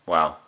Wow